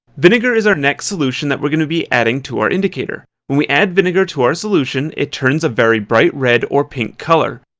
vinegar is our next solution that we're gonna be adding to our indicator. when we add vinegar to our solution it turns a very bright red or pink colour.